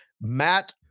Matt